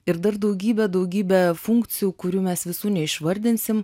ir dar daugybę daugybę funkcijų kurių mes visų neišvardinsim